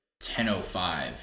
10.05